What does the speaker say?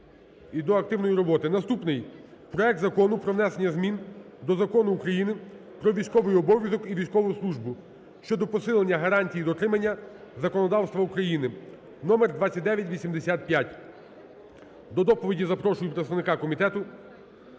Наступний: проект Закону про внесення змін до Закону України "Про військовий обов'язок і військову службу" (щодо посилення гарантії дотримання законодавства України) (номер 2985). До доповіді запрошую представника Комітету